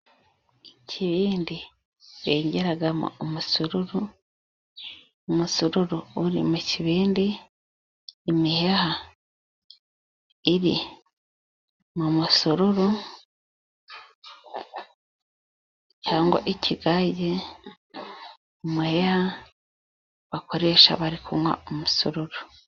Ikibindi bengeramo umusururu, umusururu uri mu kibindi ,imiheha iri mu musoruru cyangwa ikigage, imiheha bakoresha bari kunywa umusururu.